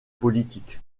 politique